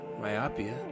myopia